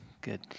Good